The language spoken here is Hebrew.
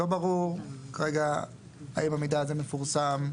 לא ברור כרגע האם המידע הזה מפורסם,